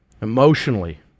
Emotionally